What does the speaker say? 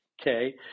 Okay